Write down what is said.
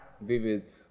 vivid